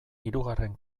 hirugarren